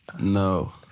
No